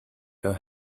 her